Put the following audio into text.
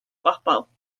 bobl